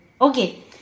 okay